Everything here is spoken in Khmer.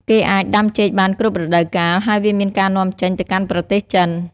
គេអាចដាំចេកបានគ្រប់រដូវកាល ហើយវាមានការនាំចេញទៅកាន់ប្រទេសចិន។